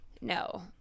No